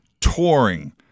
touring